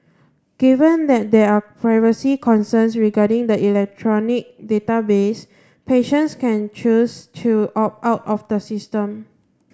given that there are privacy concerns regarding the electronic database patients can choose to opt out of the system